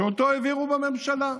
שאותו העבירו בממשלה.